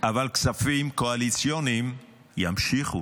אבל כספים קואליציוניים ימשיכו,